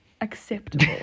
acceptable